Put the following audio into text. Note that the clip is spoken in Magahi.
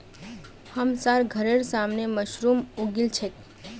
हमसार घरेर सामने मशरूम उगील छेक